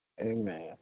Amen